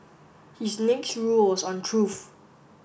his next rule was on truth